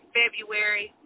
february